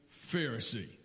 Pharisee